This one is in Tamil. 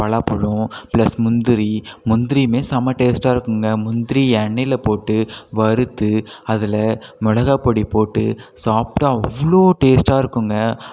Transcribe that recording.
பலாப்பழம் ப்ளஸ் முந்திரி முந்திரியுமே செம டேஸ்ட்டாக இருக்குங்க முந்திரி எண்ணெய்யில் போட்டு வறுத்து அதில் மிளகா பொடி போட்டு சாப்பிட்டா அவ்வளோக டேஸ்ட்டாக இருக்குங்க